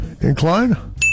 Incline